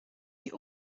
die